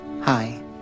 Hi